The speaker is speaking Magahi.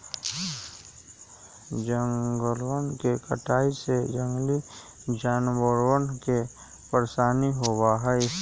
जंगलवन के कटाई से जंगली जानवरवन के परेशानी होबा हई